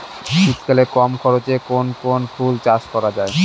শীতকালে কম খরচে কোন কোন ফুল চাষ করা য়ায়?